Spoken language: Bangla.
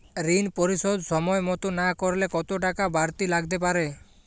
ঋন পরিশোধ সময় মতো না করলে কতো টাকা বারতি লাগতে পারে?